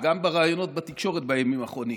גם בראיונות בתקשורת בימים האחרונים,